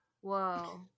Whoa